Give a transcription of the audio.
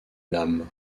l’âme